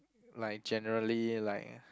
like generally like